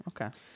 Okay